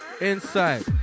Inside